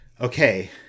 Okay